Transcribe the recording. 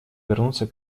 вернуться